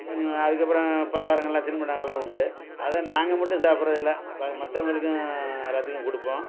அதுக்கு அப்புறம் பலகாரங்கள்லாம் தின்பண்டங்கள்லாம் உண்டு அதை நாங்கள் மட்டும் சாப்பிடுறது இல்லை ப மற்றவங்களுக்கு எல்லாத்துக்கும் கொடுப்போம்